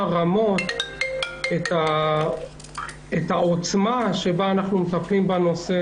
רמות את העוצמה שבה אנחנו מטפלים בנושא.